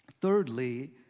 Thirdly